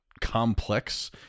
complex